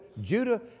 Judah